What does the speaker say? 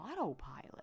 autopilot